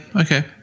Okay